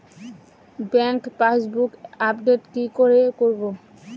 Bank passbook update কি করে করবো?